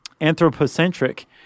anthropocentric